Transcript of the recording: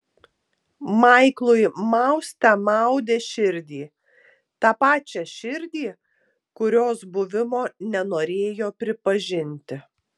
maiklui mauste maudė širdį tą pačią širdį kurios buvimo nenorėjo pripažinti